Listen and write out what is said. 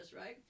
right